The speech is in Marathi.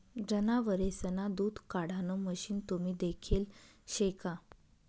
जनावरेसना दूध काढाण मशीन तुम्ही देखेल शे का?